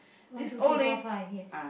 one two three four five yes